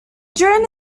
during